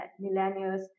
millennials